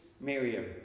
Miriam